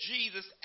Jesus